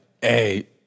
hey